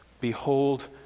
Behold